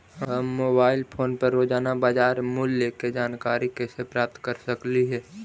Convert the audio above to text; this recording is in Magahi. हम मोबाईल फोन पर रोजाना बाजार मूल्य के जानकारी कैसे प्राप्त कर सकली हे?